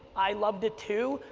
i loved it too.